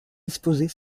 disposer